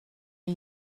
det